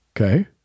Okay